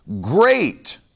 great